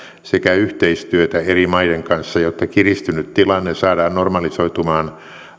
sekä yhteistyötä eri maiden kanssa jotta kiristynyt tilanne saadaan normalisoitumaan